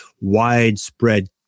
widespread